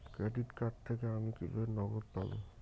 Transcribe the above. Credit card থেকে আমি কিভাবে নগদ পাব?